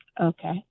Okay